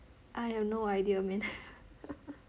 I have no idea